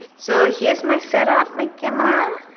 so here's my setup. my camera.